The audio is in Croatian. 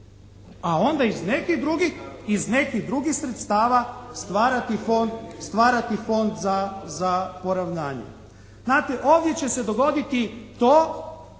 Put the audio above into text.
A onda iz nekih drugih sredstava stvarati Fond za poravnanje. Znate, ovdje će se dogoditi to